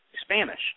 Spanish